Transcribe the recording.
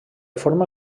forma